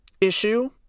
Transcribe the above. issue